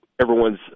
everyone's